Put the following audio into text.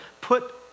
put